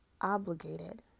obligated